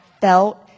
felt